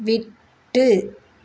விட்டு